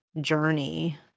journey